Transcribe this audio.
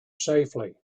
safely